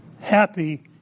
Happy